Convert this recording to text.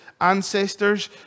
ancestors